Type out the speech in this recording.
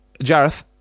Jareth